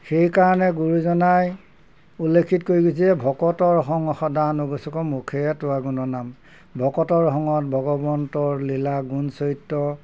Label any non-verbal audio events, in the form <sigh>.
সেইকাৰণে গুৰুজনাই উল্লেখিত কৰি গৈছে যে ভকতৰ সং সদা <unintelligible> তোৱা গুণনাম ভকতৰ সঙত ভগৱন্তৰ লীলা গুণ চৰিত্ৰ